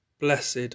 Blessed